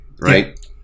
right